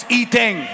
eating